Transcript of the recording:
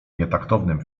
nietaktownym